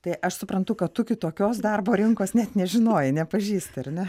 tai aš suprantu kad tu kitokios darbo rinkos net nežinojai nepažįsti ar ne